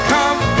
Come